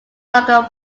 longer